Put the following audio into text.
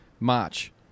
March